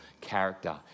character